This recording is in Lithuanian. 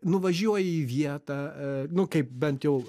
nuvažiuoji į vietą nu kaip bent jau